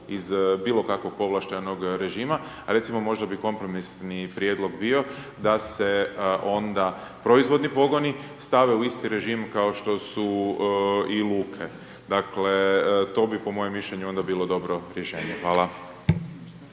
iz bilo kakvog povlaštenog režima. Recimo, možda bi kompromisni prijedlog bio da se onda proizvodni pogoni stave u isti režim kao što su i luke. Dakle, to bi, po mojem mišljenju onda bilo dobro rješenje. Hvala.